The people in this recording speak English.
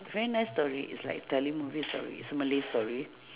very nice story is like telling movie story it's a malay story